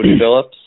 Phillips